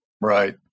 Right